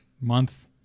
month